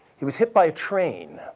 he was hit by a train.